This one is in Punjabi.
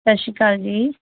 ਸਤਿ ਸ਼੍ਰੀ ਅਕਾਲ ਜੀ